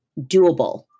doable